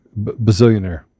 bazillionaire